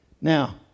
Now